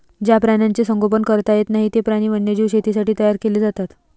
ज्या प्राण्यांचे संगोपन करता येत नाही, ते प्राणी वन्यजीव शेतीसाठी तयार केले जातात